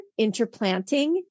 interplanting